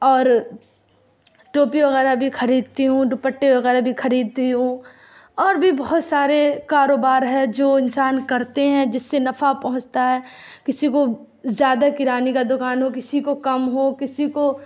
اور ٹوپی وغیرہ بھی خریدتی ہوں دوپٹے وغیرہ بھی خریدتی ہوں اور بھی بہت سارے کاروبار ہے جو انسان کرتے ہیں جس سے نفع پہنچتا ہے کسی کو زیادہ کرانے کا دوکان ہو کسی کو کم ہو کسی کو